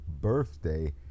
birthday